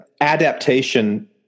adaptation